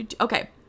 Okay